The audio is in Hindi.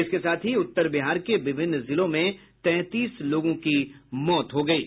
इसके साथ ही उत्तर बिहार के विभिन्न जिलों में तैंतीस लोगों की मौत हो गयी है